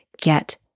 get